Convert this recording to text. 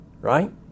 right